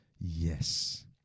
Yes